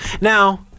Now